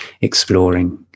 exploring